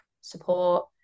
support